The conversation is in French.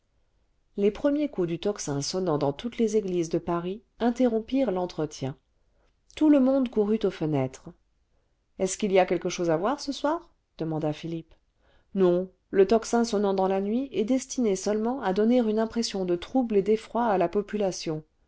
les premiers coups du tocsin sonnant dans toutes les églises de paris interrompirent l'entretien tout le monde courut aux fenêtres ce est-ce qu'il y a quelque chose à voir ce soir demanda philippe non le tocsin sonnant dans la nuit est destiné seulement à donner une impression de trouble et d'effroi à la population